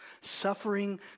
Suffering